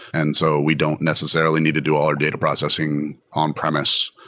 and so we don't necessarily need to do all our data processing on-premise.